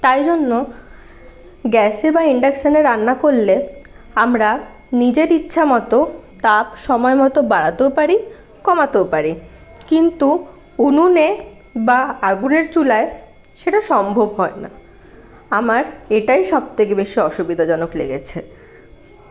তাই জন্য গ্যাসে বা ইন্ডাকশনে রান্না করলে আমরা নিজের ইচ্ছা মতো তাপ সময় মতো বাড়াতেও পারি কমাতেও পারি কিন্তু উনুনে বা আগুনের চুলায় সেটা সম্ভব হয় না আমার এটাই সবথেকে বেশি অসুবিধাজনক লেগেছে